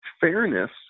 fairness